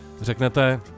řeknete